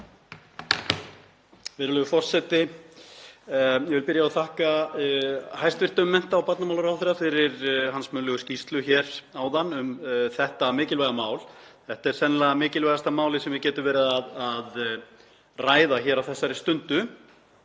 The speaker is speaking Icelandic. Virðulegur forseti. Ég vil byrja á að þakka hæstv. mennta- og barnamálaráðherra fyrir hans munnlegu skýrslu um þetta mikilvæga mál. Þetta er sennilega mikilvægasta málið sem við getum verið að ræða hér á þessari stundu.